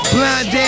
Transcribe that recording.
Blind